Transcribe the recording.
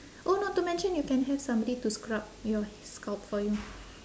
oh not to mention you can have somebody to scrub your scalp for you